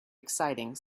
exciting